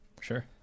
sure